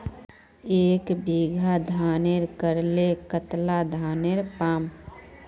एक बीघा धानेर करले कतला धानेर पाम?